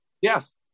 Yes